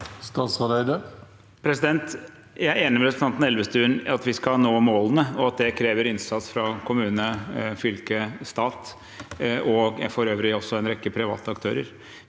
Eide Jeg er enig med representanten Elvestuen i at vi skal nå målene, og at det krever innsats fra kommune, fylke, stat og for øvrig også en rekke private aktører,